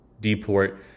deport